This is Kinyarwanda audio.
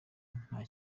nta